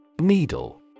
Needle